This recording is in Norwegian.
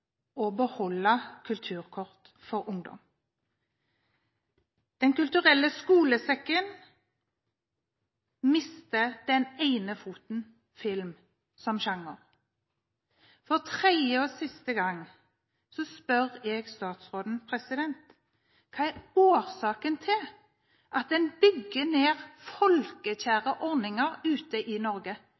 å beholde kulturkort for ungdom. Den kulturelle skolesekken mister den ene foten – film – som sjanger. For tredje og siste gang spør jeg statsråden: Hva er årsaken til at en bygger ned folkekjære ordninger i Norge?